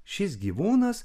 šis gyvūnas